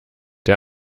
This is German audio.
der